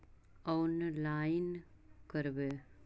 Online करवे?